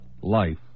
Life